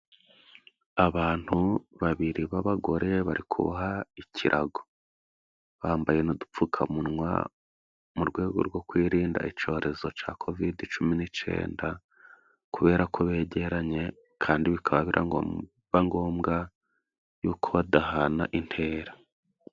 Abantu babiri b'abagore bari kuboha ikirago. Bambaye n'udupfukamunwa mu rwego rwo kwirinda icyorezo cya covidi cumi n'icyenda, kubera ko begeranye, kandi bikaba biraba ngombwa yuko badahana intera.